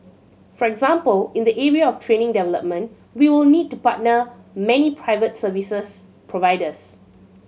for example in the area of training development we will need to partner many private services providers